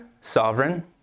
sovereign